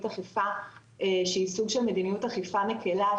אכיפה שהיא סוג של מדיניות אכיפה מקילה,